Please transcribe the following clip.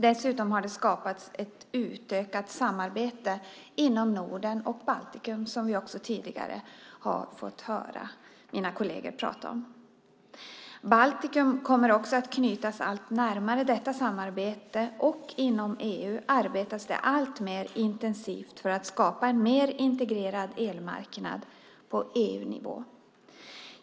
Dessutom har det skapats ett utökat samarbete inom Norden och Baltikum, som vi tidigare har hört mina kolleger prata om. Baltikum kommer också att knytas allt närmare detta samarbete, och inom EU arbetas det alltmer intensivt för att skapa en mer integrerad elmarknad på EU-nivå.